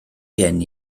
gen